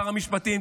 שר המשפטים,